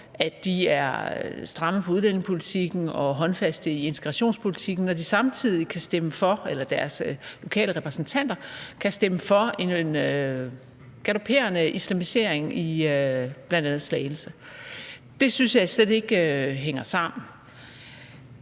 at de er stramme på udlændingepolitikken og håndfaste i integrationspolitikken, når deres lokale repræsentanter samtidig stemmer for en galoperende islamisering i bl.a. Slagelse? Det synes jeg slet ikke hænger sammen.